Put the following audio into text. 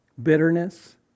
Bitterness